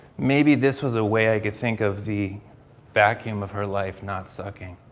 maybe this was a way i could think of the vacuum of her life not sucking.